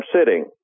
sitting